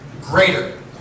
greater